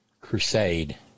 crusade